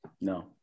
No